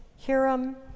Hiram